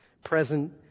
present